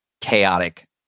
chaotic